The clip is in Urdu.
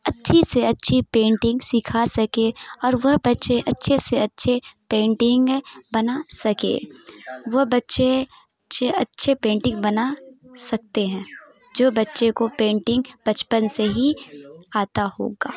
اچّھی سے اچّھی پینٹنگ سیکھا سکے اور وہ بّچے اچّھے سے اچّھے پینٹنگ بنا سکے وہ بچّے اچّھے اچّھے پینٹنگ بنا سکتے ہیں جو بچے کو بچپن سے ہی آتا ہوگا